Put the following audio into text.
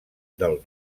del